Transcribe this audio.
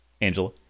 Angela